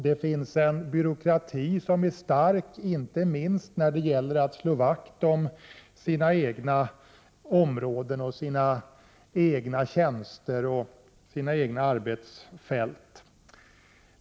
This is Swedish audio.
Det finns en byråkrati som är stark, inte minst när det gäller att slå vakt om sina egna intressen.